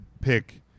pick